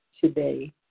today